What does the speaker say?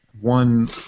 one